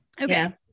Okay